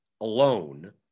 alone